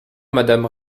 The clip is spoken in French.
madame